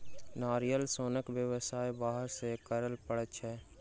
नारियल सोनक व्यवसाय बाहर सॅ करय पड़ैत छै